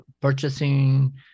purchasing